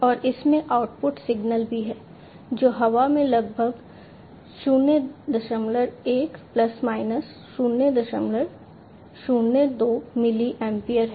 और इसमें output signal भी है जो हवा में लगभग 01 ± 002 मिली एम्पीयर है